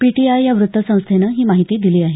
PTI या वृत्तसंस्थेनं ही माहिती दिली आहे